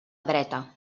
dreta